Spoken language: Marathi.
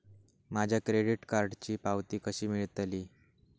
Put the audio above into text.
माझ्या क्रेडीट कार्डची पावती कशी मिळतली?